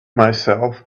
myself